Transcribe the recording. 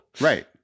right